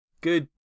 good